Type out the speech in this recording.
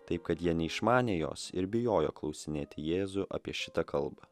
taip kad jie neišmanė jos ir bijojo klausinėti jėzų apie šitą kalbą